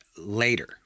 later